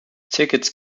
tickets